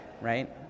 right